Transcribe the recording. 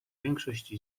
większość